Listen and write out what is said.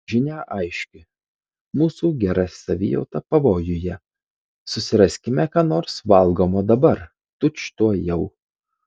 žinia aiški mūsų gera savijauta pavojuje susiraskime ką nors valgomo dabar tučtuojau